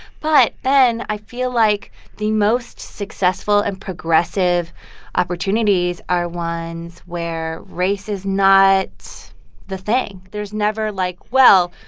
but then i feel like the most successful and progressive opportunities are ones where race is not the thing. there's never like, well,